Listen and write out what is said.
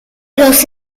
los